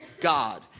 God